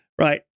right